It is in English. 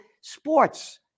sports